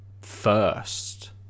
first